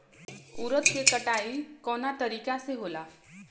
उरद के कटाई कवना तरीका से होला?